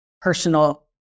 personal